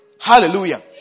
Hallelujah